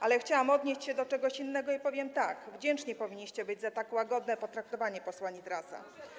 Ale chciałam odnieść się do czegoś innego i powiem tak: Wdzięczni powinniście być za tak łagodne potraktowanie posła Nitrasa.